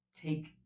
take